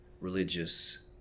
religious